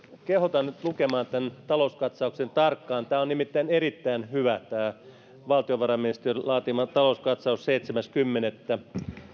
kehotan nyt lukemaan tämän talouskatsauksen tarkkaan tämä on nimittäin erittäin hyvä tämä valtiovarainministeriön laatima talouskatsaus syksyltä kaksituhattayhdeksäntoista seitsemäs kymmenettä